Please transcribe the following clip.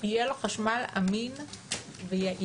יהיה לו חשמל אמין ויעיל.